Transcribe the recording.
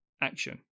action